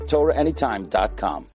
TorahAnytime.com